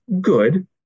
good